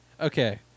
Okay